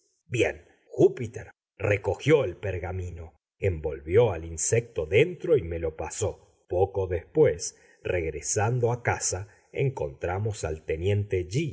bien júpiter recogió el pergamino envolvió al insecto dentro y me lo pasó poco después regresando a casa encontramos al teniente